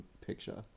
picture